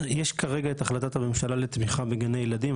יש כרגע את החלטת הממשלה לתמיכה בגני ילדים,